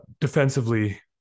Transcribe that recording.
defensively